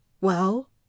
Well